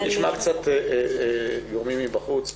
נשמע גורמים מבחוץ.